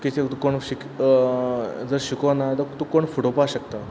तेजेर तुका कोण जर शिकोना तर तुका कोण फोटोवपा शकता